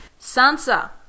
sansa